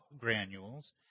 granules